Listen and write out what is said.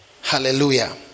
Hallelujah